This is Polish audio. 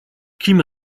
kim